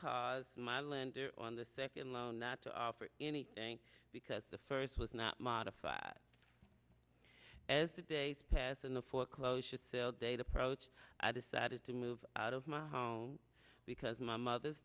caused my lender on the second loan not to offer anything because the first was not modified as the days pass and the foreclosure sale date approach i decided to move out of my home because my mother's